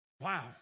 Wow